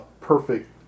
perfect